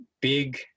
big